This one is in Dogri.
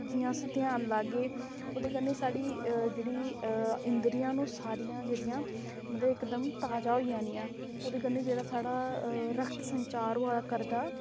जि'यां अस ध्यान लाह्गे ओह्दे कन्नै साढ़ी जेह्ड़ी इंद्रियां न ओह् सारियां जेह्ड़ियां मतलब इकदम ताजा होई जानियां ओह्दे कन्नै जेह्ड़ा साढ़ा रक्त संचार होआ करदा